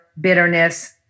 bitterness